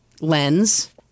lens